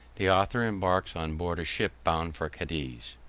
the author embarks on board a ship bound for cadiz